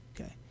okay